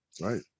Right